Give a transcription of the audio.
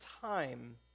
time